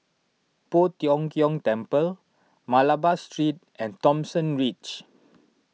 Poh Tiong Kiong Temple Malabar Street and Thomson Ridge